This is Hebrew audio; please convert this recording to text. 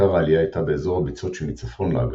עיקר העלייה הייתה באזור הביצות שמצפון לאגם,